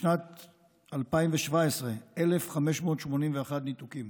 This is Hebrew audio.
בשנת 2017, 1,581 ניתוקים,